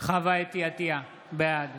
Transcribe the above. חוה אתי עטייה, בעד